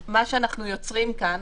מה שאנחנו יוצרים כאן,